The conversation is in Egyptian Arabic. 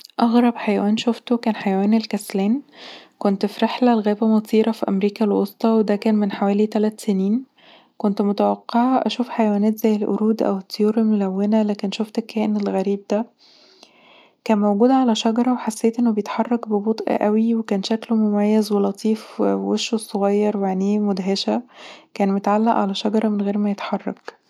أغرب حيوان شفته كان حيوان "الكسلان" ، كنت في رحلة لغابة مطيرة في أمريكا الوسطى، وده كان من حوالي ثلاث سنين. كنت متوقعه أشوف حيوانات زي القرود أو الطيور الملونة، لكن شوفت الكائن الغريب ده، كان موجود على شجرة، وحسيت إنه بيتحرك ببطء اوي. وكان شكله مميز ولطيف ووشه صغير وعينيه مدهشه كان متعلق علي شجرة من غير مايتحرك